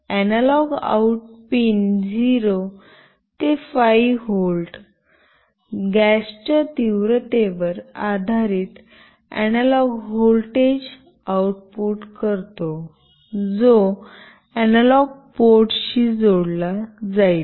analogue out pin 0 ते 5 volt गॅसच्या तीव्रतेवर आधारित अनालॉग व्होल्टेज आउटपुट करतो जो अनालॉग पोर्टशी जोडला जाईल